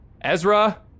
Ezra